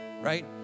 right